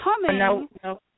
No